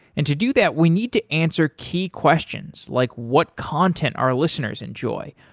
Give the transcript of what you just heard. and to do that, we need to answer key questions like what content our listeners enjoy,